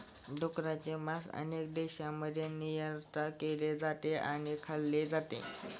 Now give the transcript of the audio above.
डुकराचे मांस अनेक देशांमध्ये निर्यात केले जाते आणि खाल्ले जाते